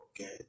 okay